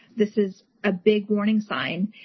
this is a big warning sign.